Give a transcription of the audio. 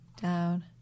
down